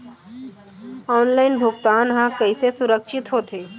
Online भुगतान हा कइसे सुरक्षित होथे?